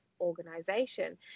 organization